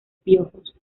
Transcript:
piojos